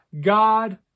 God